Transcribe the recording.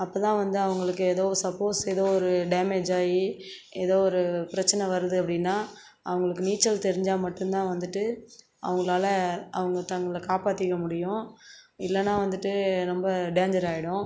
அப்போதான் வந்து அவங்களுக்கு ஏதோ சப்போஸ் எதோ ஒரு டேமேஜாகி எதோ ஒரு பிரச்சனை வருது அப்படின்னா அவங்களுக்கு நீச்சல் தெரிஞ்சால் மட்டும்தான் வந்துட்டு அவங்களால அவங்க தங்களை காப்பாற்றிக்க முடியும் இல்லைனா வந்துட்டு ரொம்ப டேஞ்சராகிடும்